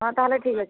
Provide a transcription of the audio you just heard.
ହଁ ତା'ହେଲେ ଠିକ୍ ଅଛି